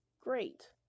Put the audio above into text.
Great